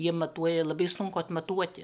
jie matuoja labai sunku atmatuoti